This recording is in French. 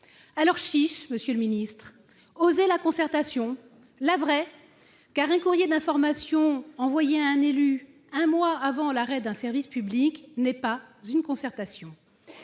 Alors chiche, monsieur le secrétaire d'État : osez la concertation, la vraie, car un courrier d'information envoyé à un élu un mois avant l'arrêt d'un service public, ce n'est pas une concertation